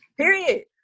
Period